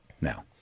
now